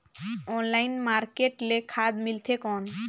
Online market ले खाद मिलथे कौन?